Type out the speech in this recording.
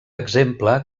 exemple